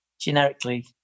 generically